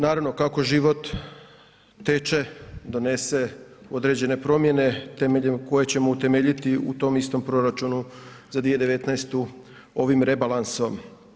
Naravno kako život teče, donese određene promjene temeljem koje ćemo utemeljiti u tom istom proračunu za 2019. ovim rebalansom.